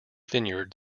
vineyard